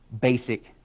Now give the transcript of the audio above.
basic